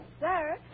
sir